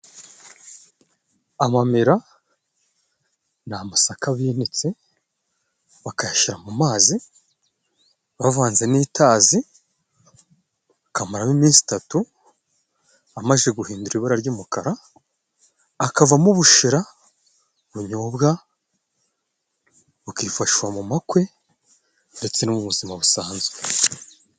Amamera ni amasaka binitse bakayashyira mu mazi bavanze n'itazi, akamaramo iminsi itatu amaze guhindura ibara ry'umukara, akavamo ubushera bunyobwa bukifashwa mu makwe, ndetse no mu buzima busanzwe.